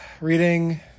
reading